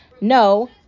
no